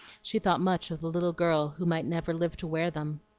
she thought much of the little girl who might never live to wear them.